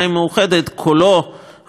קולו היה חסר מאוד מאוד.